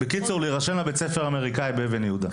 בקיצור, להירשם לבית-ספר אמריקאי באבן-יהודה...